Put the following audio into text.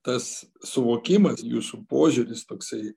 tas suvokimas jūsų požiūris toksai